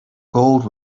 gold